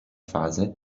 fase